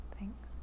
Thanks